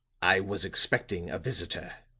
i was expecting a visitor,